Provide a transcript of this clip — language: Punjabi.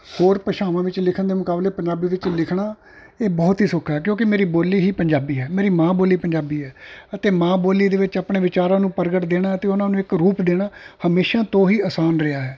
ਹੋਰ ਭਾਸ਼ਾਵਾਂ ਵਿੱਚ ਲਿਖਣ ਦੇ ਮੁਕਾਬਲੇ ਪੰਜਾਬੀ ਵਿੱਚ ਲਿਖਣਾ ਇਹ ਬਹੁਤ ਹੀ ਸੌਖਾ ਹੈ ਕਿਉਂਕਿ ਮੇਰੀ ਬੋਲੀ ਹੀ ਪੰਜਾਬੀ ਹੈ ਮੇਰੀ ਮਾਂ ਬੋਲੀ ਪੰਜਾਬੀ ਹੈ ਅਤੇ ਮਾਂ ਬੋਲੀ ਦੇ ਵਿੱਚ ਆਪਣੇ ਵਿਚਾਰਾਂ ਨੂੰ ਪ੍ਰਗਟ ਦੇਣਾ ਅਤੇ ਉਹਨਾਂ ਨੂੰ ਇੱਕ ਰੂਪ ਦੇਣਾ ਹਮੇਸ਼ਾ ਤੋਂ ਹੀ ਆਸਾਨ ਰਿਹਾ ਹੈ